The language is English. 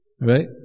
Right